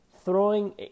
throwing